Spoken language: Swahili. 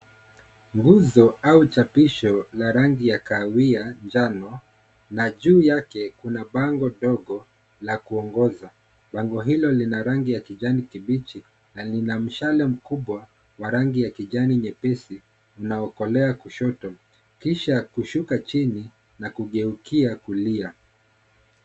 Nguzo au chapisho la rangi ya kahawia la njano na juu yake kuna bango ndongo la kuongoza, bango hilo lina rangi ya kijani kibichi na lina mshale mkubwa wa rangi ya kijani nyepesi inaokolea kushoto kisha kushuka chini na kugeukia kulia.